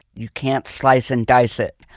you can't slice and dice it.